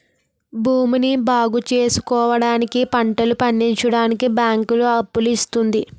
భూమిని బాగుచేసుకోవడానికి, పంటలు పండించడానికి బ్యాంకులు అప్పులు ఇస్తుంది